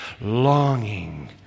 longing